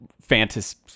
fantasy